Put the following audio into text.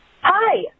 Hi